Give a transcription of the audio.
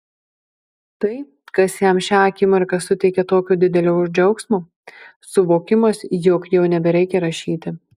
tai kas jam šią akimirką suteikia tokio didelio džiaugsmo suvokimas jog jau nebereikia rašyti